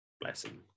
blessing